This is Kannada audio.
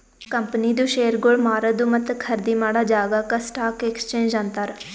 ಕಂಪನಿದು ಶೇರ್ಗೊಳ್ ಮಾರದು ಮತ್ತ ಖರ್ದಿ ಮಾಡಾ ಜಾಗಾಕ್ ಸ್ಟಾಕ್ ಎಕ್ಸ್ಚೇಂಜ್ ಅಂತಾರ್